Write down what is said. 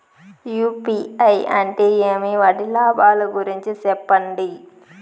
UPI అంటే ఏమి? వాటి లాభాల గురించి సెప్పండి?